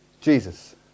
Jesus